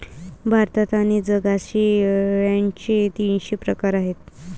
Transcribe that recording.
भारतात आणि जगात शेळ्यांचे तीनशे प्रकार आहेत